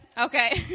Okay